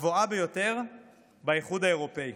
הגבוהה ביותר באיחוד האירופי.